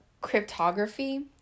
cryptography